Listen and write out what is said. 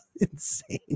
insane